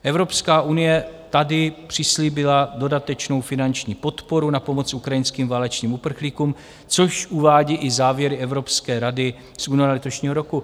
Evropská unie tady přislíbila dodatečnou finanční podporu na pomoc ukrajinským válečným uprchlíkům, což uvádějí i závěry Evropské rady z února letošního roku.